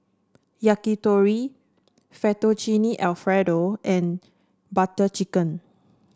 Yakitori Fettuccine Alfredo and Butter Chicken